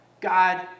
God